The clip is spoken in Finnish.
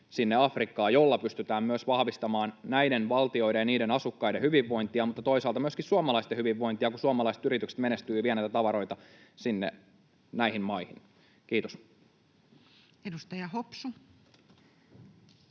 Afrikkaan, millä pystytään myös vahvistamaan näiden valtioiden ja niiden asukkaiden hyvinvointia mutta toisaalta myöskin suomalaisten hyvinvointia, kun suomalaiset yritykset menestyvät ja vievät näitä tavaroita näihin maihin. — Kiitos. [Speech 142]